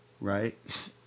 right